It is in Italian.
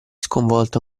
sconvolto